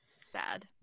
sad